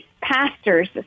pastors